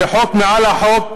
זה חוק מעל החוק.